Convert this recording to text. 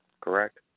Correct